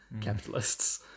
capitalists